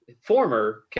former